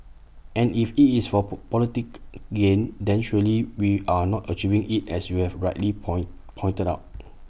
and if IT is for poor politic gain then surely we are not achieving IT as you have rightly point pointed out